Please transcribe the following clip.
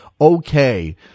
okay